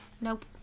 Nope